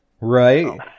right